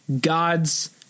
God's